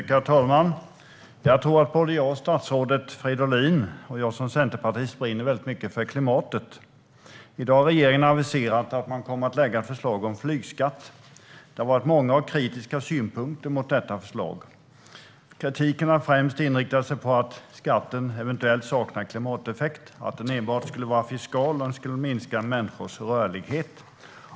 Herr talman! Jag tror att både statsrådet Fridolin och jag som centerpartist brinner väldigt mycket för klimatet. I dag har regeringen aviserat att man kommer att lägga fram ett förslag om flygskatt. Det har funnits många och kritiska synpunkter på detta förslag. Kritiken har främst inriktat sig på att skatten eventuellt saknar klimateffekt, att den enbart skulle vara fiskal och minska människors rörlighet.